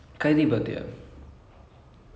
ya I watched Kaithi கைதி:kaithi kaithi was nice